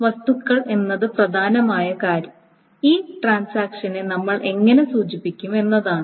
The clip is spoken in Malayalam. വസ്തുതകൾ എന്നതാണ് പ്രധാന കാര്യം ഈ ട്രാൻസാക്ഷനെ നമ്മൾ എങ്ങനെ സൂചിപ്പിക്കും എന്നതാണ്